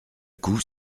coup